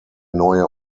neue